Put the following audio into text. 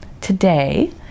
today